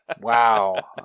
Wow